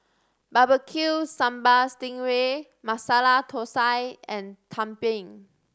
Barbecue Sambal sting ray Masala Thosai and tumpeng